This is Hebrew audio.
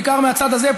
בעיקר מהצד הזה,